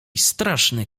straszny